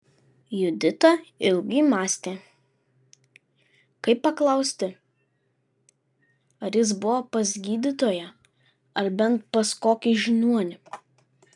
judita ilgai mąstė kaip paklausti ar jis buvo pas gydytoją ar bent pas kokį žiniuonį